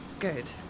Good